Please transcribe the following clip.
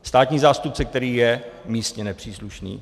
Státní zástupce, který je místně nepříslušný.